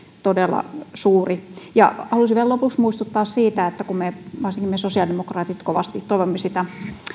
todella suuri ja haluaisin vielä lopuksi muistuttaa siitä että kun varsinkin me sosiaalidemokraatit kovasti toivomme sitä